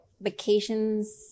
vacations